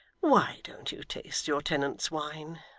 why don't you taste your tenant's wine?